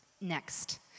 Next